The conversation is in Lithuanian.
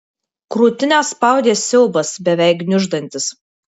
krūtinę spaudė siaubas beveik gniuždantis